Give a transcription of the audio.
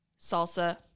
salsa